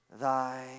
thy